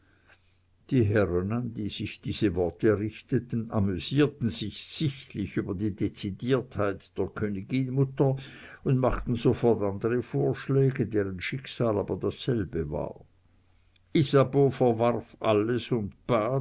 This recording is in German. die herren an die sich diese worte richteten amüsierten sich ersichtlich über die dezidiertheit der königinmutter und machten sofort andre vorschläge deren schicksal aber dasselbe war isabeau verwarf alles und bat